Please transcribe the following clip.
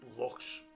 looks